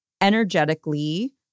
energetically